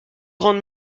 grandes